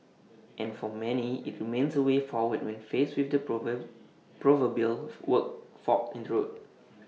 and for many IT remains A way forward when faced with the proverbial fork in the road